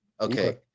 okay